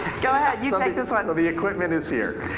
yeah you take this one. the equipment is here.